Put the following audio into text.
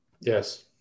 Yes